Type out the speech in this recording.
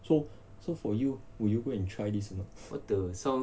so so for you will you go and try this or not